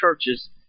churches